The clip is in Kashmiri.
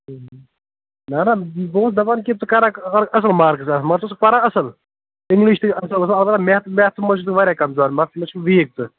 نا نا بہٕ اوسُس دپان کہِ ژٕ کَرکھ اصٕل مارکٕس یَتھ مگر ژٕ اوسُکھ پَران اصٕل اِنٛگلِش تہِ اصٕل البتاہ میتھس میتھس منٛز چھُکھ ژٕ واریاہ کَمزور میتھس منٛز چھُکھ ویٖک ژٕ